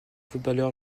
footballeur